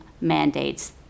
mandates